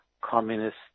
communist